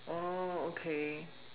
oh okay